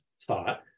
thought